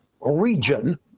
region